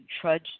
trudge